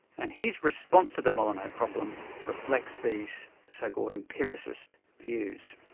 and his response to the molyneux problem reflects these so-called empiricist views.